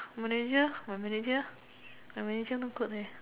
Malaysia Malaysia Malaysia not good leh